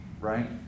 right